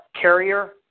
carrier